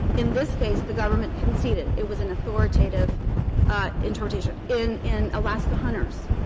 in this case the government conceded it was an authoritative interpretation. in in alaska hunters,